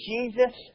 Jesus